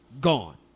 gone